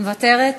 מוותרת?